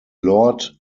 lord